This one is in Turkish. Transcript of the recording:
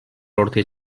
ortaya